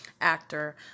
actor